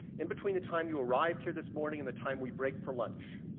in between the time you arrived here this morning and the time we break for lunch,